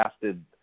casted